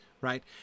right